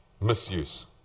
misuse